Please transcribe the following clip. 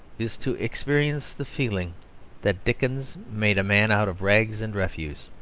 is to experience the feeling that dickens made a man out of rags and refuse.